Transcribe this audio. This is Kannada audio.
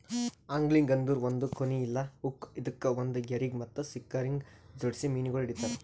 ಆಂಗ್ಲಿಂಗ್ ಅಂದುರ್ ಒಂದ್ ಕೋನಿ ಇಲ್ಲಾ ಹುಕ್ ಇದುಕ್ ಒಂದ್ ಗೆರಿಗ್ ಮತ್ತ ಸಿಂಕರಗ್ ಜೋಡಿಸಿ ಮೀನಗೊಳ್ ಹಿಡಿತಾರ್